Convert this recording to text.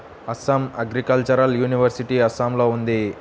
Assam agricultural university అస్సాంలో ఉంది